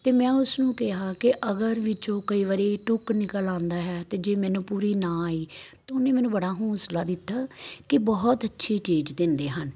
ਮੈਂ ਉਸ ਨੂੰ ਕਿਹਾ ਕਿ ਅਗਰ ਵਿੱਚੋਂ ਕਈ ਵਾਰੀ ਟੁੱਕ ਨਿਕਲ ਆਉਂਦਾ ਹੈ ਅਤੇ ਜੇ ਮੈਨੂੰ ਪੂਰੀ ਨਾ ਆਈ ਤਾਂ ਉਹਨੇ ਮੈਨੂੰ ਬੜਾ ਹੌਸਲਾ ਦਿੱਤਾ ਕਿ ਬਹੁਤ ਅੱਛੀ ਚੀਜ਼ ਦਿੰਦੇ ਹਨ